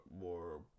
more